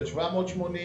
תוספת של 780 מיליון.